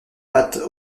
pattes